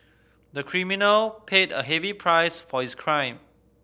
the criminal paid a heavy price for his crime